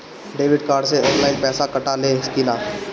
Debit card से online पैसा कटा ले कि ना?